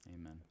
Amen